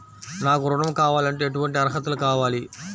నాకు ఋణం కావాలంటే ఏటువంటి అర్హతలు కావాలి?